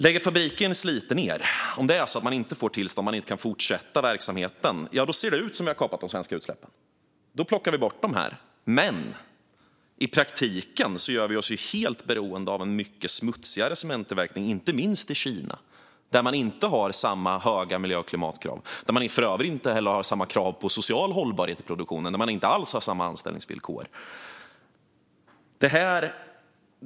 Om fabriken i Slite inte får tillstånd och inte kan fortsätta verksamheten utan måste lägga ned, ja, då ser det ut som om vi har kapat de svenska utsläppen. Då plockar vi bort dem här. Men i praktiken gör vi oss helt beroende av en mycket smutsigare cementtillverkning, inte minst i Kina, där man inte har samma höga miljö och klimatkrav och för övrigt inte heller samma anställningsvillkor eller krav på social hållbarhet i produktionen.